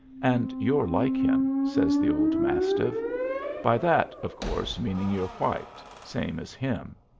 and you're like him, says the old mastiff by that, of course, meaning you're white, same as him.